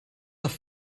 doch